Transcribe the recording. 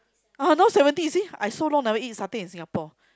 uh now seventy you see I so long never eat satay in Singapore